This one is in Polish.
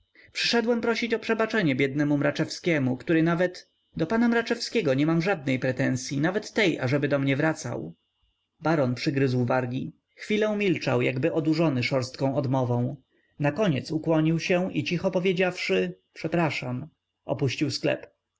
przyszedłem prosić o przebaczenie biednemu mraczewskiemu który nawet do pana mraczewskiego nie mam żadnej pretensyi nawet tej ażeby do mnie wracał baron przygryzł wargi chwilę milczał jakby odurzony szorstką odmową nakoniec ukłonił się i cicho powiedziawszy przepraszam opuścił sklep